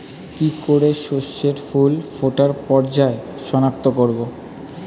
কি করে শস্যের ফুল ফোটার পর্যায় শনাক্ত করব?